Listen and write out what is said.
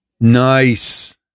Nice